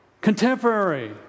contemporary